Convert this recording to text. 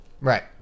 Right